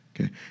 Okay